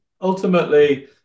ultimately